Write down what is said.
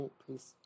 please